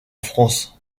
france